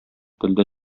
телдә